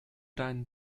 deinen